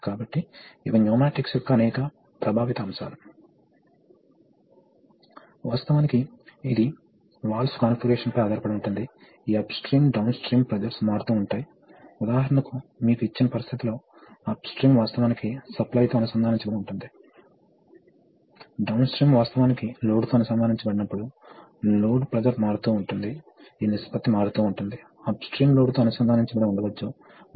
కాబట్టి ఇప్పుడు ఈ ప్రెషర్ సాధ్యం కాదు కాబట్టి ఇప్పుడు ఇక్కడ ప్రెషర్ పెరుగుతుంది మరియు ఇది ఇప్పుడు సిలిండర్ను క్రిందికి నెట్టివేస్తుంది కానీ ఈసారి నోడ్ దీని గుండా వెళ్ళవలసిన అవసరం లేదు కాబట్టి సిలిండర్ H అక్కడకు వస్తున్నప్పుడు ఎల్లప్పుడూ ప్రెషర్ వెనక్కి ఉంటుంది ఇది ట్యాంక్తో అనుసంధానించబడదు ఎందుకంటే ఇది దీని గుండా వెళ్ళడం లేదు ఇది రిలీఫ్ వాల్వ్ కు వెళుతోంది